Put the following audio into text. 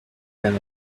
than